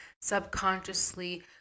subconsciously